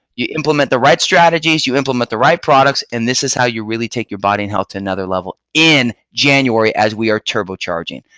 you implement the right strategies you implement the right products, and this is how you take your body and health to another level in january as we are turbo charging